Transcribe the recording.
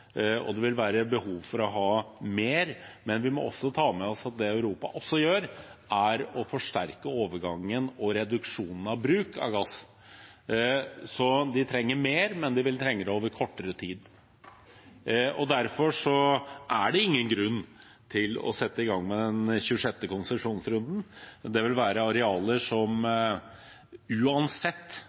det vil være behov for mer. Men vi må også ta med oss at det Europa også gjør, er å forsterke overgangen og reduksjonen i bruk av gass. Så de trenger mer, men de vil trenge det over kortere tid. Derfor er det ingen grunn til å sette i gang med den 26. konsesjonsrunden. Det vil være arealer som en uansett